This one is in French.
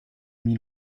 mis